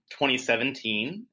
2017